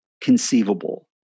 conceivable